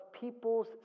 people's